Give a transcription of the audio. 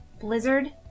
Blizzard